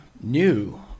new